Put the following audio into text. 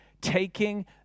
taking